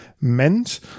meant